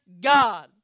God